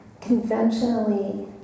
conventionally